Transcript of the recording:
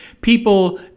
people